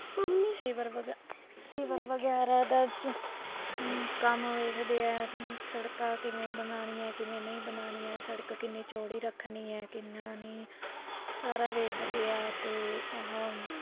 sewer ਵਗੈ sewer ਵਗੈਰਾ ਦਾ ਜ ਕੰਮ ਵੇਖਦੇ ਆ ਸੜਕਾਂ ਕਿਵੇਂ ਬਣਾਉਣੀਆਂ ਕਿਵੇਂ ਨਹੀਂ ਬਣਾਉਣੀਆਂ ਸੜਕ ਕਿੰਨੀ ਚੌੜੀ ਰੱਖਣੀ ਹੈ ਕਿੰਨਾ ਨਹੀਂ ਸਾਰਾ ਵੇਖਦੇ ਆ ਅਤੇ ਆਹਾ